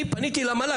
אני פניתי למל"ג.